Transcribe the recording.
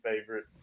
favorite